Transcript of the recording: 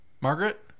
Margaret